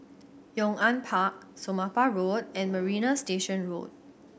Yong An Park Somapah Road and Marina Station Road